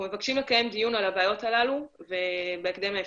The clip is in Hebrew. אנחנו מבקשים לקיים דיון על הבעיות הללו ובהקדם האפשרי.